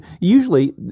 usually